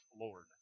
Lord